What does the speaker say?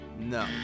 No